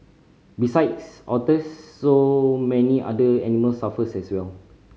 besides otters so many other animals suffer as well